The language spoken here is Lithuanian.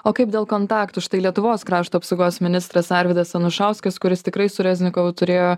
o kaip dėl kontaktų štai lietuvos krašto apsaugos ministras arvydas anušauskas kuris tikrai su reznikovu turėjo